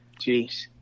Jeez